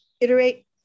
Iterate